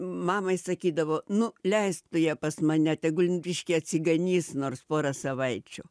mamai sakydavo nu leisk tu ją pas mane tegul biškį atsiganys nors porą savaičių